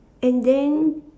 and then